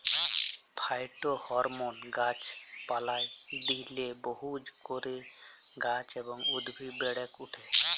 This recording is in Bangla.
ফাইটোহরমোন গাছ পালায় দিইলে বহু করে গাছ এবং উদ্ভিদ বেড়েক ওঠে